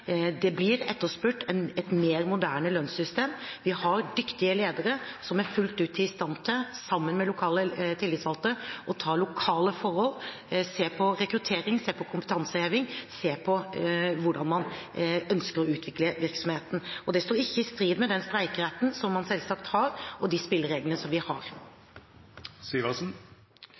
Det blir etterspurt et mer moderne lønnssystem. Vi har dyktige ledere som er fullt ut i stand til, sammen med lokale tillitsvalgte, å se på lokale forhold, rekruttering, kompetanseheving og hvordan man ønsker å utvikle virksomheten. Det står ikke i strid med den streikeretten som man selvsagt har, og de spillereglene vi